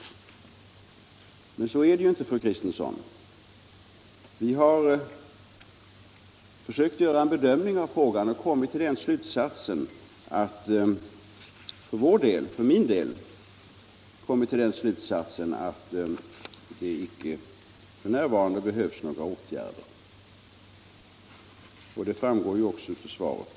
Men så är det ju inte, fru Kristensson. Vi har försökt göra en bedömning av den frågan, och vi har kommit till den slutsatsen att det f.n. icke behövs några åtgärder. Detta framgår också av svaret.